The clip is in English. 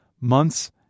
months